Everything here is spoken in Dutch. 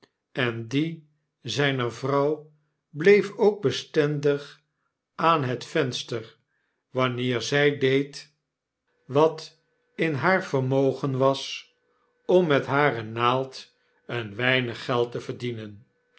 en die zyner vrouw bleef ook bestendig aan het venster wanneer zy deed wat in haar vermogen was om met hare naald een weinig geld te verdienen